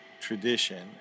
tradition